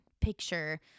picture